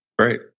Right